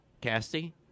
Cassie